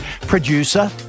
Producer